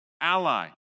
ally